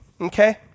okay